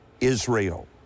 Israel